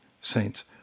saints